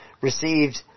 received